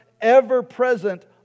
ever-present